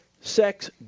sex